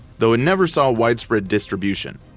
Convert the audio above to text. though it never saw widespread distribution.